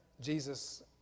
Jesus